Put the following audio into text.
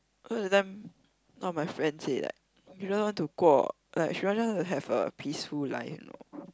cause that time one of my friend said like you don't want to go like she wanted to have a peaceful life you know